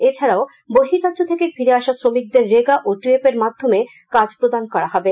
এছাড়াও বহির্রাজ্য থেকে ফিরে আসা শ্রমিকদের রেগা ও টুয়েপের মাধ্যমে কাজ প্রদান করা হবে